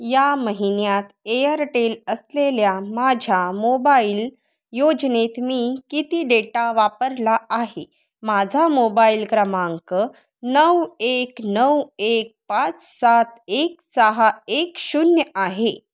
या महिन्यात एअरटेल असलेल्या माझ्या मोबाईल योजनेत मी किती डेटा वापरला आहे माझा मोबाईल क्रमांक नऊ एक नऊ एक पाच सात एक सहा एक शून्य आहे